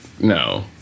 no